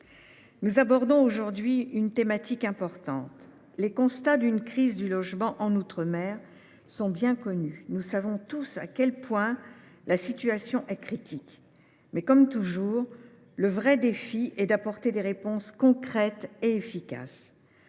nous abordons aujourd’hui une thématique importante. La crise du logement qui affecte les outre mer est bien connue. Nous savons tous à quel point la situation est critique, et, comme toujours, le véritable défi est d’apporter des réponses concrètes et efficaces.